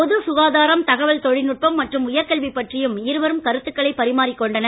பொது சுகாதாரம் தகவல் தொழில் நுட்பம் மற்றும் உயர்கல்வி பற்றியும் இருவரும் கருத்துக்களை பரிமாறிக் கொண்டனர்